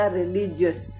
religious